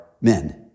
men